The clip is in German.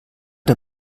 der